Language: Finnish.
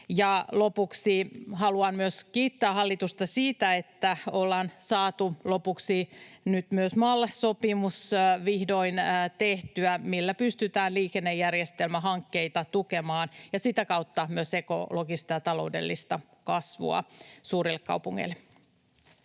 Lopuksi haluan kiittää hallitusta siitä, että ollaan saatu nyt myös vihdoin tehtyä MAL-sopimus, millä pystytään liikennejärjestelmähankkeita tukemaan ja sitä kautta saadaan ekologista ja taloudellista kasvua suurille kaupungeille.